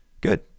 Good